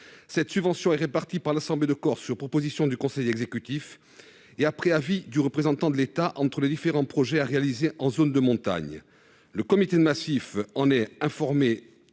Cette subvention est répartie par l'Assemblée de Corse, sur proposition du conseil exécutif et après avis du représentant de l'État, entre les différents projets à réaliser en zone de montagne. Le comité de massif en est informé